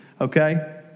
okay